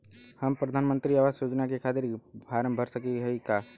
हम प्रधान मंत्री आवास योजना के खातिर फारम भर सकत हयी का?